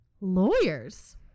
Lawyers